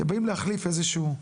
באים להחליף איזשהו-